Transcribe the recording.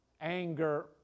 anger